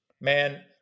man